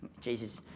Jesus